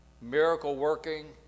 miracle-working